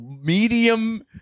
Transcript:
medium